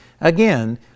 Again